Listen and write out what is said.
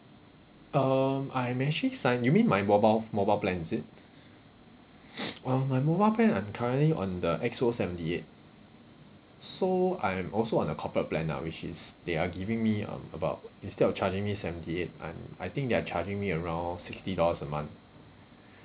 um I'm actually signed you mean my mobile mobile plan is it uh my mobile plan I'm currently on the X_O seventy eight so I'm also on the corporate plan lah which is they are giving me um about instead of charging me seventy eight I'm I think they're charging me around sixty dollars a month